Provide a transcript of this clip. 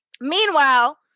Meanwhile